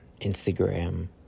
Instagram